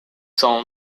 son